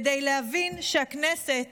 כדי להבין שהכנסת